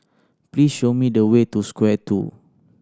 please show me the way to Square Two